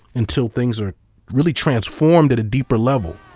until things are really transformed at a deeper level.